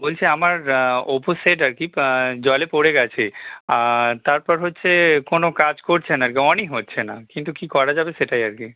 বলছি আমার Oppo set আর কি কা জলে পড়ে গেছে আর তারপর হচ্ছে কোনো কাজা করছে না অনই হচ্ছে না কিন্তু কী করা যাবে সেটাই আর কি